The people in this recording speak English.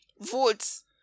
votes